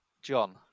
John